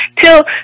till